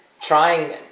trying